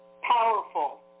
powerful